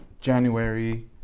January